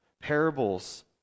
Parables